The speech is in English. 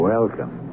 Welcome